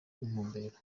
intumbero